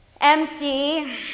empty